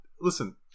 Listen